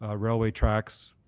ah railway tracks,